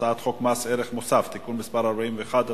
הצעת חוק מס ערך מוסף (תיקון מס' 41),